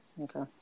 Okay